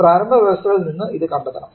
പ്രാരംഭ വ്യവസ്ഥകളിൽ നിന്ന് ഇത് കണ്ടെത്തണം